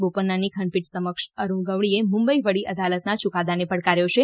બોપન્નાની ખંડપીઠે સમક્ષ અરૂણ ગવળીએ મુંબઇ વડી અદાલતના યુકાદાને પડકાર્યો છે